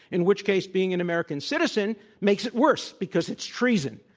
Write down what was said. in which case being an american citizen makes it worse because it's treason.